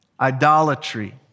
idolatry